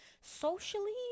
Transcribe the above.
Socially